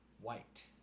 White